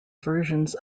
versions